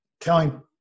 telling